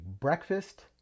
breakfast